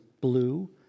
blue